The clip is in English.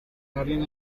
darling